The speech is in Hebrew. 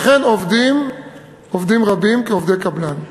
ואכן עובדים עובדים רבים כעובדי קבלן.